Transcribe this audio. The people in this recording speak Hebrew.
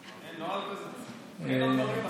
אין כלכלה, אין,